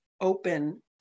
open